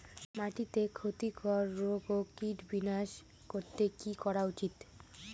মাটিতে ক্ষতি কর রোগ ও কীট বিনাশ করতে কি করা উচিৎ?